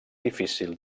difícil